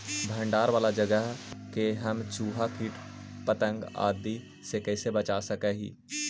भंडार वाला जगह के हम चुहा, किट पतंग, आदि से कैसे बचा सक हिय?